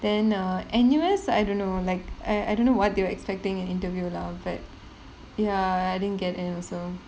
then err N_U_S I don't know like I I don't know what they were expecting in interview lah but ya I didn't get in also